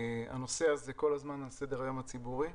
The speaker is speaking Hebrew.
הנושא הזה כל הזמן על סדר היום הציבורי.